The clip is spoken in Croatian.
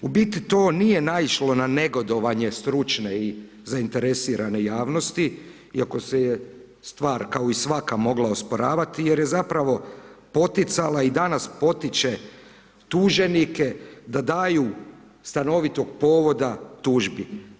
U biti to nije naišlo na negodovanje stručne i zainteresirane javnosti, iako se je stvar, kao i svaka mogla osporavati, jer je zapravo poticala i danas potiče tuženike da daje stanovitog povoda tužbi.